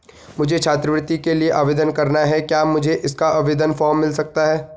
मुझे छात्रवृत्ति के लिए आवेदन करना है क्या मुझे इसका आवेदन फॉर्म मिल सकता है?